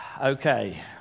Okay